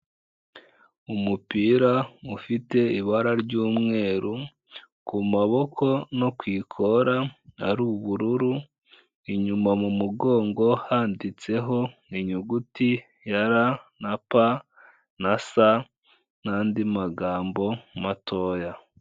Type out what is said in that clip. Umupira ufite ibara ry'mweru ku maboko no ku ikora ari ubururu, inyuma mu mugongo handitseho inyuguti ya ra, na pa, na sa n'andi magambo matoya.